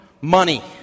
money